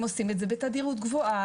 הוא שהעובדה,